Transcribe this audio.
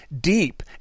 deep